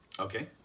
Okay